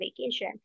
vacation